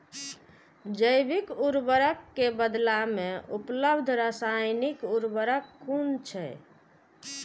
जैविक उर्वरक के बदला में उपलब्ध रासायानिक उर्वरक कुन छै?